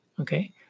Okay